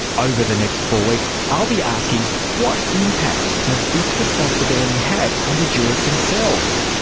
over the next four weeks i'll be asking what impact does this responsibility have on the jurors themselves?